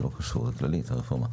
זה לא קשור באופן כללי לרפורמה.